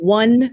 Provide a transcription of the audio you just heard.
one